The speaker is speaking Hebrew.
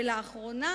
ולאחרונה